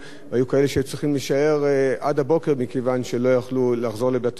והיו כאלה שהיו צריכים להישאר עד הבוקר מכיוון שלא יכלו לחזור לבתיהם.